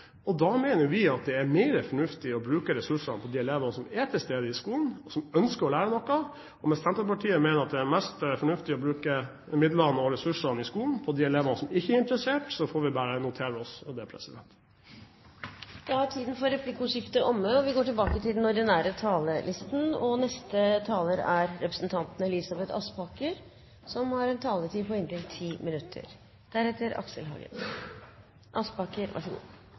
mener at det er mer fornuftig å bruke ressursene på de elevene som er til stede på skolen, som ønsker å lære noe. Og hvis Senterpartiet mener det er mest fornuftig å bruke midlene og ressursene i skolen på de elevene som ikke er interessert, får vi bare notere oss det. Replikkordskiftet er omme. Jeg vil takke sakens ordfører, Trine Skei Grande, for en god jobb med saken og en grundig redegjørelse i dag for den innstillingen som her ligger. Men Høyre mener det er